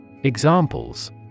Examples